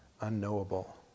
unknowable